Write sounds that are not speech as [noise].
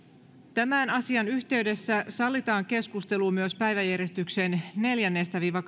tämän asian yhteydessä sallitaan keskustelu myös päiväjärjestyksen neljännestä viiva [unintelligible]